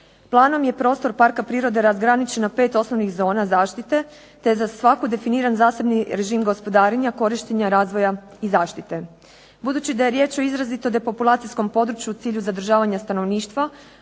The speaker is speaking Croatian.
Planom je prostor parka prirode razgraničeno pet osnovnih zona zaštite te je za svaku definiran zasebni režim gospodarenja, korištenja, razvoja i zaštite. Budući da je riječ o izrazito depopulacijskom području u cilju zadržavanja stanovništva